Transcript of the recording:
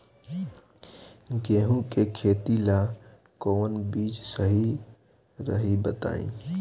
गेहूं के खेती ला कोवन बीज सही रही बताई?